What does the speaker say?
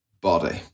body